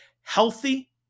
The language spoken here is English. healthy